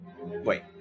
Wait